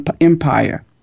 empire